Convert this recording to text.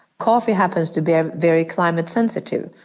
coffee happens to be ah very climate-sensitive.